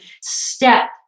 step